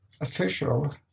official